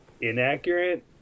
inaccurate